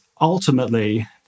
ultimately